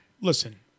Listen